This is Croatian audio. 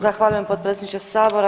Zahvaljujem, potpredsjedniče Sabora.